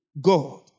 God